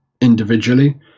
individually